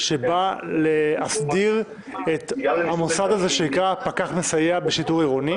שבא להסדיר את המוסד שנקרא פקח מסייע בשיטור עירוני,